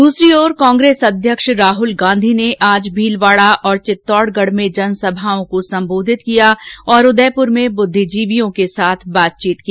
दूसरी ओर कांग्रेस अध्यक्ष राहल गांधी ने आज भीलवाड़ा और चित्तौड़गढ में जनसभाओं को सम्बोधित किया और उदयपुर में बुद्विजीवियों के साथ बातचीत की